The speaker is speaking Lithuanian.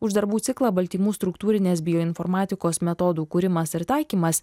už darbų ciklą baltymų struktūrinės bioinformatikos metodų kūrimas ir taikymas